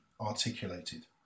articulated